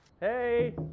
Hey